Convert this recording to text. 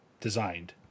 designed